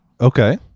Okay